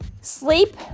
sleep